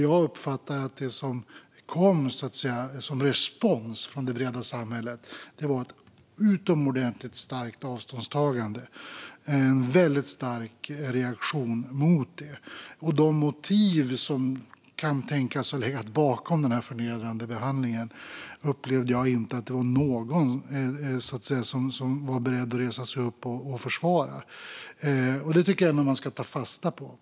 Jag uppfattar att det som kom som respons från det breda samhället var ett utomordentligt starkt avståndstagande och en väldigt stark reaktion mot detta. Jag upplevde inte att det var någon som var beredd att resa sig upp och försvara de motiv som kan tänkas ha legat bakom denna förnedrande behandling, och det tycker jag att man ska ta fasta på.